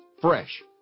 Fresh